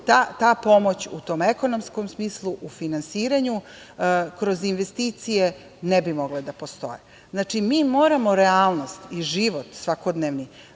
ta pomoć, u tom ekonomskom smislu, u finansiranju kroz investicije, ne bi mogla da postoji. Mi moramo realnost i život, svakodnevni,